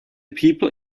people